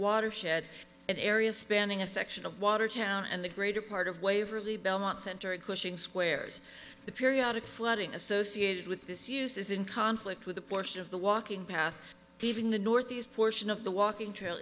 watershed an area spanning a section of watertown and the greater part of waverly belmont center in cushing squares the periodic flooding associated with this use is in conflict with the portion of the walking path paving the north east portion of the walking trail